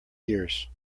years